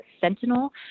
sentinel